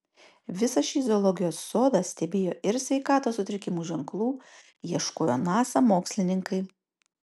visą šį zoologijos sodą stebėjo ir sveikatos sutrikimų ženklų ieškojo nasa mokslininkai